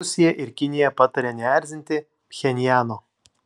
rusija ir kinija pataria neerzinti pchenjano